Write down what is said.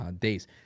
days